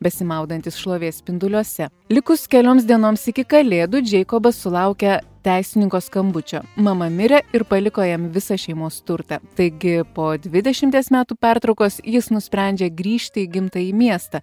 besimaudantis šlovės spinduliuose likus kelioms dienoms iki kalėdų džeikobas sulaukia teisininko skambučio mama mirė ir paliko jam visą šeimos turtą taigi po dvidešimties metų pertraukos jis nusprendžia grįžti į gimtąjį miestą